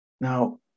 Now